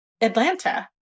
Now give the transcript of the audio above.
Atlanta